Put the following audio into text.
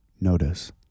notice